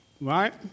Right